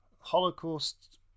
Holocaust